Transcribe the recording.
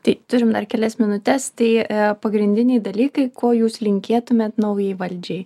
tai turim dar kelias minutes tai pagrindiniai dalykai ko jūs linkėtumėt naujai valdžiai